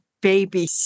baby